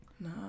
No